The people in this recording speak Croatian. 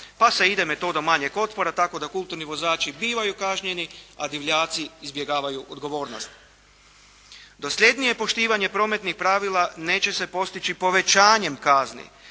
pa se ide metodom manjeg otpora tako da kulturni vozači budu kažnjeni a divljaci izbjegavaju odgovornost. Dosljednije poštivanje prometnih pravila neće se postići povećanjem kazni